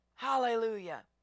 Hallelujah